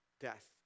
death